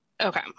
Okay